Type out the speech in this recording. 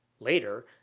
later,